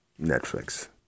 Netflix